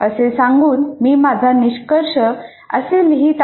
असे सांगून मी माझा निष्कर्ष असे लिहित आहे